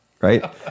right